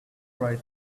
right